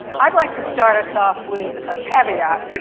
i'd like to start us off with a caveat.